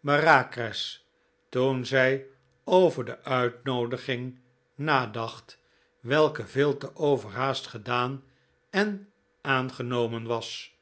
bareacres toen zij over de uitnoodiging nadacht welke veel te overhaast gedaan en aangenomen was